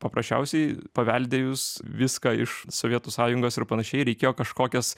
paprasčiausiai paveldėjus viską iš sovietų sąjungos ir panašiai reikėjo kažkokias